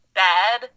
bad